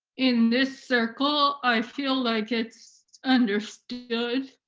in this circle, i feel like it's understood,